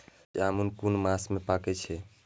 जामून कुन मास में पाके छै?